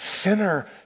sinner